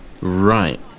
Right